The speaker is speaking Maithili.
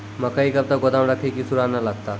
मकई कब तक गोदाम राखि की सूड़ा न लगता?